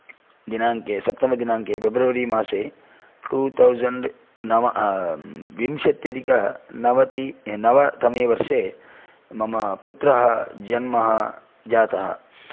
दिनाङ्के सप्तमदिनाङ्के फेब्रुवरि मासे टु तौज़न्ड् नव विंशत्यधिकनवति नवतमे वर्षे मम पुत्रः जन्म जातः